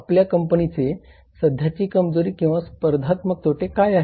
आपल्या कंपनीचे सध्याचे कमजोरी किंवा स्पर्धात्मक तोटे काय आहेत